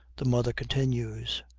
the mother continues.